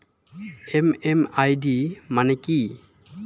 MMID মানে কি?